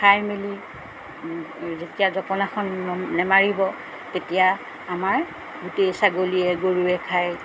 খাই মেলি যেতিয়া জপনাখন নেমাৰিব তেতিয়া আমাৰ গোটেই ছাগলীয়ে গৰুৱে খায়